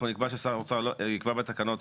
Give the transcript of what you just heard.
אנחנו נקבע ששר האוצר יקבע בתקנות,